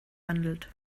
handelt